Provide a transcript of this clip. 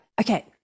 Okay